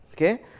Okay